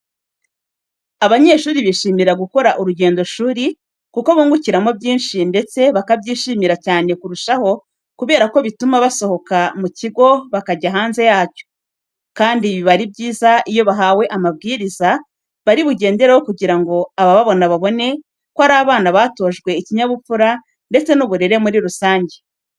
Abanyeshuri bishimira gukora urugendoshuri kuko bungukiramo byinshi ndetse bakabyishimira cyane kurushaho kubera ko bituma basohoka mu kigo bakajya hanze yacyo. Kandi biba ari byiza iyo bahawe amabwiriza bari bugendereho kugira ngo abababona babone ko ari abana batojwe ikinyabupfura ndetse n'uburere muri rusange.